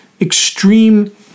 extreme